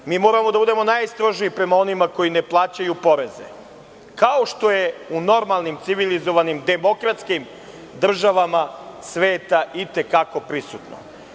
Po meni, mi moramo da budemo najstrožiji prema onima koji ne plaćaju poreze, kao što je u normalnim civilizovanim demokratskim državama sveta i te kako prisutno.